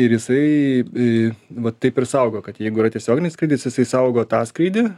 ir jisai va taip ir saugo kad jeigu yra tiesioginis kad jisai saugo tą skrydį